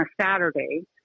Saturday